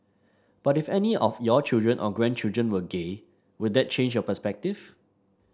but if any of your children or grandchildren were gay would that change your perspective